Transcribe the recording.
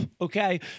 Okay